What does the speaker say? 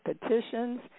petitions